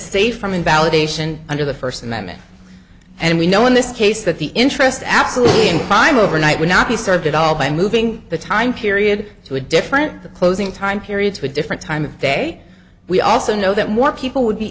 safe from invalidation under the first amendment and we know in this case that the interest absolutely in crime overnight would not be served at all by moving the time period to a different the closing time periods for different time of day we also know that more people would be